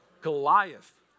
Goliath